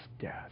death